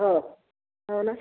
हो हो ना